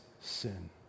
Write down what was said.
sin